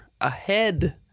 ahead